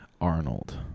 Arnold